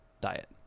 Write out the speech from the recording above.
diet